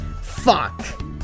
Fuck